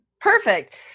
Perfect